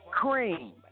cream